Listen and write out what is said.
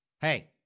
hey